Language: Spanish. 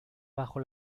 bajo